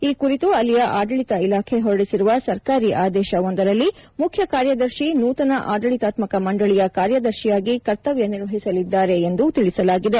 ಈ ಕುರಿತು ಅಲ್ಲಿಯ ಆಡಳಿತ ಇಲಾಖೆ ಹೊರಡಿಸಿರುವ ಸರ್ಕಾರಿ ಆದೇಶ ಒಂದರಲ್ಲಿ ಮುಖ್ಯ ಕಾರ್ಯದರ್ಶಿ ನೂತನ ಆಡಳಿತಾತ್ಮಕ ಮಂಡಳಿಯ ಕಾರ್ಯದರ್ಶಿಯಾಗಿ ಕರ್ತವ್ಯ ನಿರ್ವಹಿಸಲಿದ್ದಾರೆ ಎಂದು ತಿಳಿಸಲಾಗಿದೆ